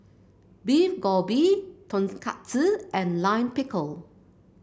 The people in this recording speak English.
Beef Galbi Tonkatsu and Lime Pickle